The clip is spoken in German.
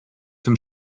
dem